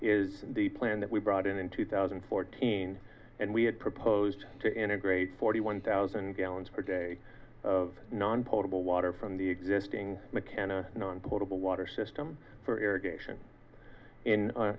is the plan that we brought in in two thousand and fourteen and we had proposed to integrate forty one thousand gallons per day of non potable water from the existing mckenna non potable water system for air again in